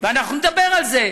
ואנחנו נדבר על זה.